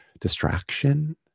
distraction